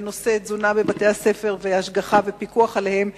בנושא תזונה בבתי-הספר והשגחה ופיקוח עליהם,